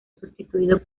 sustituido